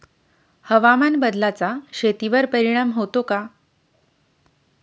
हवामान बदलाचा शेतीवर परिणाम होतो का?